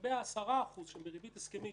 לגבי ה-10% שהם בריבית הסכמית,